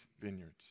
vineyards